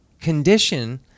condition